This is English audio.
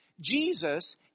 Jesus